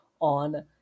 on